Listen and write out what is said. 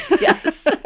Yes